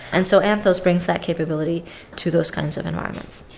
and so anthos brings that capability to those kinds of environments.